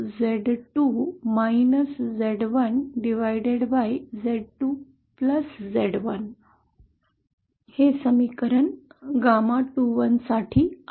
जिथे GAMA21 साठी हे समीकरण आहे